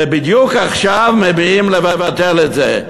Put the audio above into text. ובדיוק עכשיו מביאים חוק לבטל את זה,